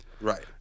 right